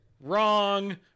Wrong